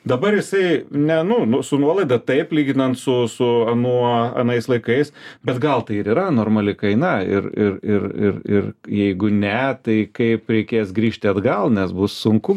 dabar jisai ne nu nu su nuolaida taip lyginant su su anuo anais laikais bet gal tai ir yra normali kaina ir ir ir ir ir jeigu ne tai kaip reikės grįžti atgal nes bus sunku